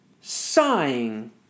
sighing